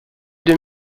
deux